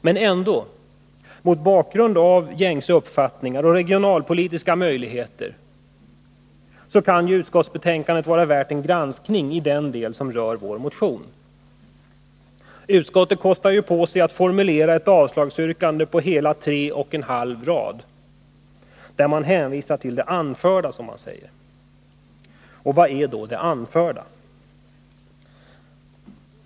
Men ändå: Mot bakgrund av gängse uppfattningar och regionalpolitiska möjligheter kan utskottsbetänkandet vara värt en granskning i den del som rör vår motion. Utskottet kostar ju på sig att formulera ett avslagsyrkande på hela tre och en halv rad, där man hänvisar till ”det anförda”. Vad är då ”det anförda”?